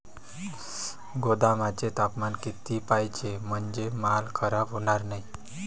गोदामाचे तापमान किती पाहिजे? म्हणजे माल खराब होणार नाही?